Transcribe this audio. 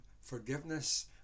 forgiveness